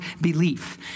belief